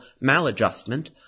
maladjustment